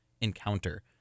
encounter